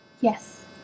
Yes